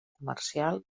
comercial